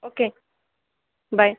okay bye